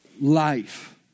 life